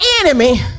enemy